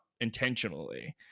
intentionally